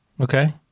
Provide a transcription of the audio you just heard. Okay